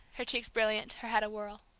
her cheeks brilliant, her head awhirl.